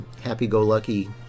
happy-go-lucky